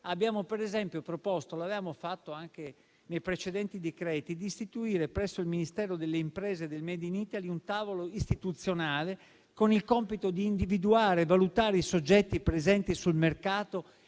Abbiamo per esempio proposto - l'avevamo fatto anche nei precedenti decreti - di istituire presso il Ministero delle imprese e del *made in Italy* un tavolo istituzionale con il compito di individuare e valutare i soggetti presenti sul mercato,